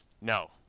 No